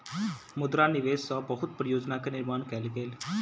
मुद्रा निवेश सॅ बहुत परियोजना के निर्माण कयल गेल